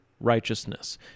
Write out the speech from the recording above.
righteousness